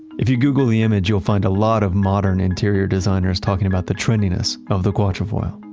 if you google the image you'll find a lot of modern interior designers talking about the trendiness of the quatrefoil.